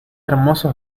hermoso